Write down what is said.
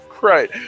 Right